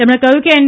તેમણે કહ્યું કે એન